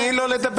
טלי, תני לו לדבר.